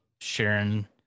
Sharon